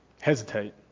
hesitate